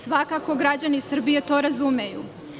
Svakako, građani Srbije to razumeju.